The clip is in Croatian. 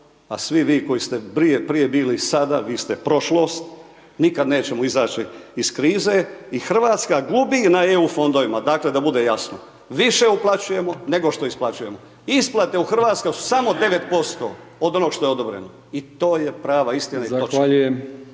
a svi vi koji ste prije bili i sada, vi ste prošlost, nikad nećemo izaći iz krize i RH gubi na EU fondovima, dakle, da bude jasno, više uplaćujemo, nego što isplaćujemo, isplate u RH su samo 9% od onog što je odobreno i to je prava istina i točka.